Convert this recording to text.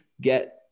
get